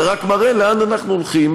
זה רק מראה לאן אנחנו הולכים,